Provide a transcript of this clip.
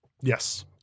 Yes